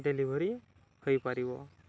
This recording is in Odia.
ଡେଲିଭରି ହୋଇପାରିବ